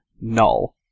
Null